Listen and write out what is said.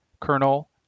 Colonel